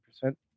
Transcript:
percent